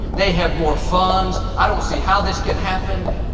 they have more funds, i don't see how this can happen.